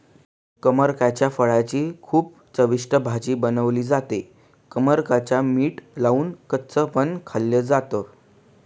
कमरकाच्या फळाची खूप चविष्ट भाजी बनवली जाते, कमरक मीठ लावून कच्च पण खाल्ल जात